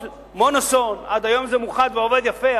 יהוד מונוסון, ועד היום זה מאוחד ועובד יפה.